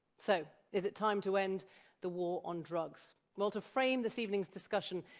so is it time to end the war on drugs? well to frame this evening's discussion,